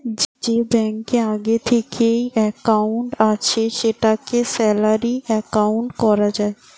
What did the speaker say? যে ব্যাংকে আগে থিকেই একাউন্ট আছে সেটাকে স্যালারি একাউন্ট কোরা যায়